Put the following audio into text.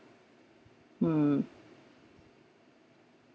mm